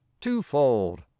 twofold